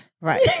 Right